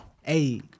Hey